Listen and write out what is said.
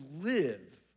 live